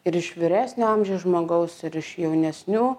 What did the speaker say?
ir iš vyresnio amžiaus žmogaus ir iš jaunesnių